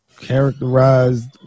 characterized